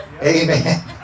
Amen